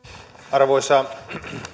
arvoisa